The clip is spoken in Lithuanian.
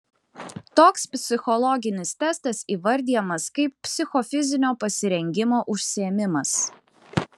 toks psichologinis testas įvardijamas kaip psichofizinio pasirengimo užsiėmimas